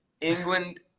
england